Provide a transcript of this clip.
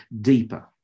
deeper